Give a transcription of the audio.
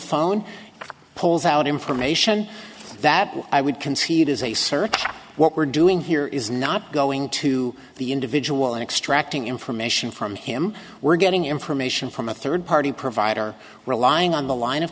phone pulls out information that i would concede is a search what we're doing here is not going to the individual extracting information from him we're getting information from a third party provider relying on the line of